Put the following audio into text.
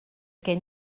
gen